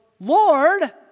Lord